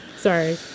sorry